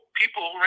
people